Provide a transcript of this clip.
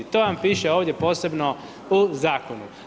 To vam piše ovdje posebno u zakonu.